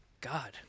God